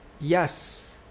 yes